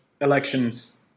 elections